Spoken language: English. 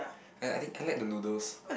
I I think I like the noodles